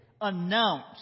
announce